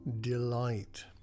delight